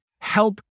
help